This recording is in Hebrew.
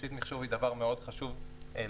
תשתית מחשוב היא דבר מאוד חשוב לבנק,